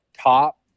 top